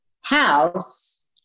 house